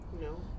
No